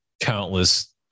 countless